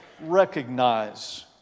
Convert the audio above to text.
Recognize